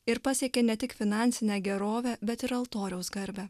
ir pasiekė ne tik finansinę gerovę bet ir altoriaus garbę